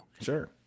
Sure